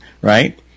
right